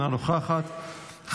אינה נוכחת,